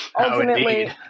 ultimately